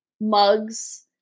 mugs